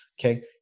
Okay